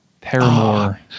Paramore